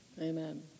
Amen